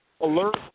alert